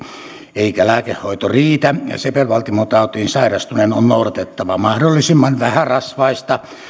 eikä lääkehoito riitä sepelvaltimotautiin sairastuneen on noudatettava mahdollisimman vähärasvaista